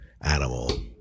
animal